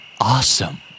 Awesome